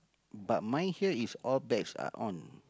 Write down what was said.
but mine here is all bags are on